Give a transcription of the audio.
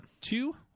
two